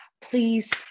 please